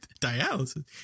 Dialysis